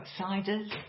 outsiders